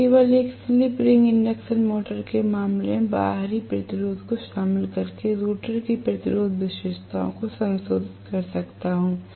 मैं केवल एक स्लिप रिंग इंडक्शन मोटर के मामले में बाहरी प्रतिरोध को शामिल करके रोटर की प्रतिरोध विशेषताओं को संशोधित कर सकता हूं